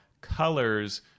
colors